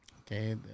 okay